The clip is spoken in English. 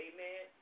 Amen